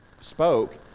spoke